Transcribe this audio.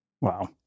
Wow